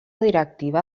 directiva